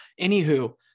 Anywho